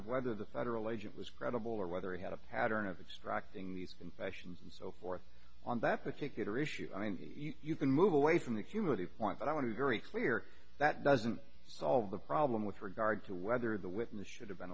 of whether the federal agent was credible or whether he had a pattern of extracting these confessions and so forth on that particular issue i mean you can move away from the cumulative point but i want to be very clear that doesn't solve the problem with regard to whether the witness should have been